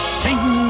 sing